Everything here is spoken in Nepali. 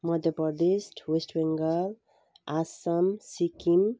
मध्यप्रदेश वेस्ट बङ्गाल आसाम सिक्किम